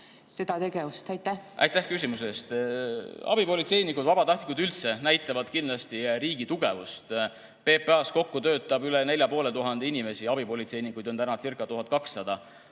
seda tegevust? Aitäh